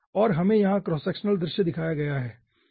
और हमे यहाँ क्रॉस सेक्शनल दृश्य दिखाया गया है